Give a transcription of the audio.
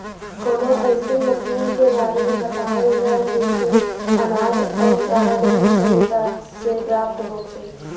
कवनो अइसन मशीन के बारे में बतावल जा जेसे अनाज अउर चारा दोनों सही तरह से प्राप्त होखे?